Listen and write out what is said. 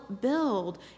build